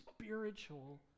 spiritual